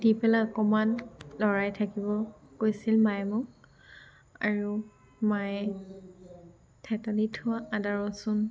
দি পেলাই অকণমান লৰাই থাকিব কৈছিল মায়ে মোক আৰু মায়ে থেতালি থোৱা আদা ৰচোন